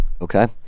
Okay